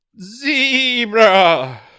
Zebra